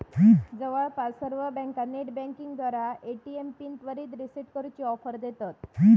जवळपास सर्व बँका नेटबँकिंगद्वारा ए.टी.एम पिन त्वरित रीसेट करूची ऑफर देतत